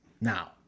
now